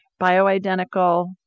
bioidentical